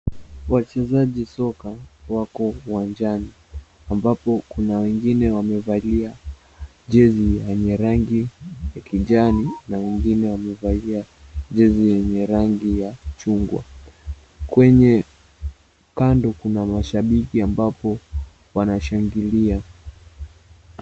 Wachezaji soka wako uwanjani. Ambapo kuna wengine wamevalia jezi yenye rangi ya kijani, na wengine wamevalia zizi yenye rangi ya chungwa. Kwenye kando, kuna mashabiki ambapo wanashangilia.